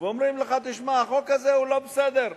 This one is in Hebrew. ואומרים לך: תשמע, החוק הזה הוא לא בסדר.